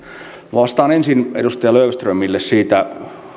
vastaan ensin edustaja löfströmille siitä